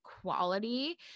quality